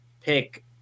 pick